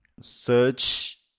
search